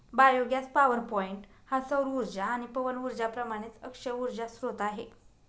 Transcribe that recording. biogas PowerPoint हा सौर उर्जा आणि पवन उर्जेप्रमाणेच अक्षय उर्जा स्त्रोत आहे